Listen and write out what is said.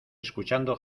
escuchando